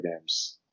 games